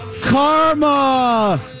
Karma